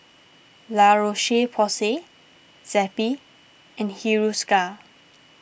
La Roche Porsay Zappy and Hiruscar